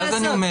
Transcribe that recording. ואז אני אומר,